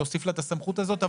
להוסיף לה את הסמכות הזאת.